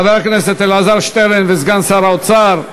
חבר הכנסת אלעזר שטרן וסגן שר האוצר,